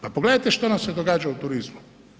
Pa pogledajte šta nam se događa u turizmu.